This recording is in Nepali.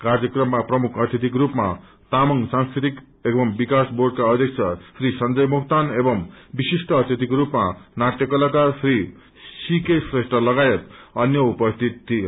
कार्यक्रममा प्रमुख अतिथिको रूपमा तामंग सांस्कसृतिक एवं विकास बोंडका अध्यक्ष श्री संजय मोक्तान एवं विशिष्ट अतिथिको रूपमा नाटय कलाकार श्री सीके श्रेष्ठ लगायत अ अन्य उपस्थित थिए